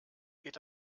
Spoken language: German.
geht